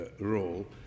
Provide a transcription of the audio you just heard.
role